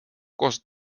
koos